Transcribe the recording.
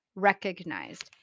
Recognized